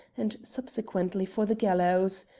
and subsequently for the gallows.